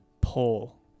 pull